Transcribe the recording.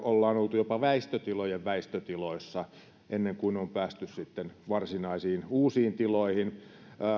ollaan oltu jopa väistötilojen väistötiloissa ennen kuin on päästy sitten varsinaisiin uusiin tiloihin